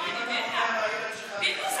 פינדרוס,